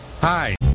Hi